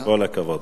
כל הכבוד.